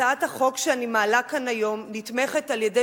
הצעת החוק שאני מעלה כאן היום נתמכת על-ידי